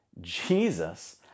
Jesus